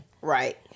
Right